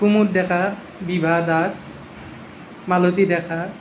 Kumud Deka Bibha Das Malati Deka